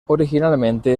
originalmente